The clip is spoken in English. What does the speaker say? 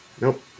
Nope